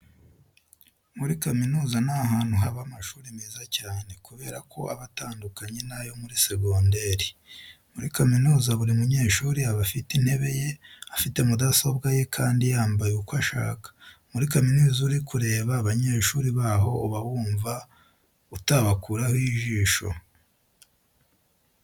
Muri kaminuza ni ahantu haba amashuri meza cyane kubera ko aba atanduknaye n'ayo muri segonderi. Muri kaminuza buri munyeshuri aba afite intebe ye, afite mudasobwa ye kandi yambaye uko ashaka. Muri kaminuza iyo uri kureba abanyeshuri baho uba wumva utabakuraho ijisho.